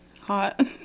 Hot